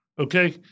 okay